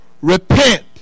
repent